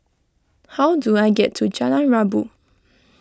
how do I get to Jalan Rabu